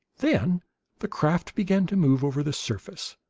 then the craft began to move over the surface,